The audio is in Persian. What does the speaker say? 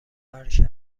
عرشه